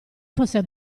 fosse